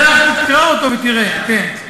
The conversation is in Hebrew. תקרא אותו ותראה, כן.